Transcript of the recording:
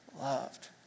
loved